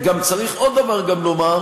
צריך גם עוד דבר לומר,